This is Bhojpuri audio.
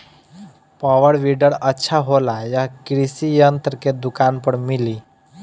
पॉवर वीडर अच्छा होला यह कृषि यंत्र के दुकान पर मिली?